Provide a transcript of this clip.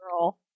girl